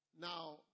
now